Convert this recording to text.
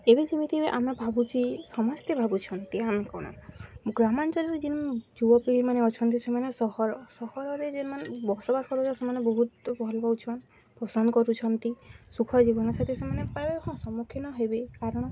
ଏବେ ଯେମିତି ଆମେ ଭାବୁଛେ ସମସ୍ତେ ଭାବୁଛନ୍ତି ଆମେ କ'ଣ ଗ୍ରାମାଞ୍ଚଳରେ ଯେନ୍ ଯୁବପିଢ଼ିମାନେ ଅଛନ୍ତି ସେମାନେ ସହର ସହରରେ ଯେନ୍ମାନେ ବସବାସ କରୁଚନ୍ ସେମାନେ ବହୁତ୍ ଭଲ୍ ପାଉଛନ୍ ପସନ୍ଦ କରୁଛନ୍ତି ସୁଖ ଜୀବନସାଥୀ ସେମାନେ ପାଇବେ ହଁ ସମ୍ମୁଖୀନ ହେବେ କାରଣ